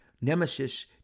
nemesis